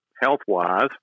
health-wise